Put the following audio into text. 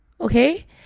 okay